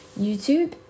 YouTube